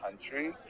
country